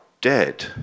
dead